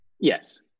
Yes